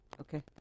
Okay